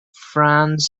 franz